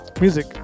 Music